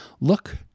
Look